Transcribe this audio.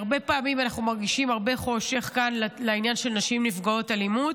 הרבה פעמים אנחנו מרגישים הרבה חושך כאן בעניין של נשים נפגעות אלימות.